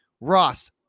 Ross